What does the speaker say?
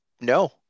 No